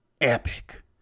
epic